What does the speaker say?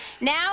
Now